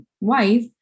wife